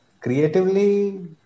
creatively